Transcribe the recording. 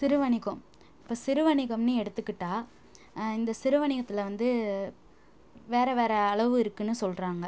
சிறு வணிகம் இப்போ சிறு வணிகம்னு எடுத்துக்கிட்டால் இந்த சிறு வணிகத்தில் வந்து வேறு வேறு அளவு இருக்குனு சொல்கிறாங்க